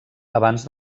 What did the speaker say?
abans